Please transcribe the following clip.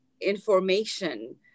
information